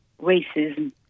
racism